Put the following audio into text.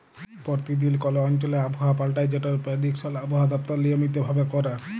পরতিদিল কল অঞ্চলে আবহাওয়া পাল্টায় যেটর পেরডিকশল আবহাওয়া দপ্তর লিয়মিত ভাবে ক্যরে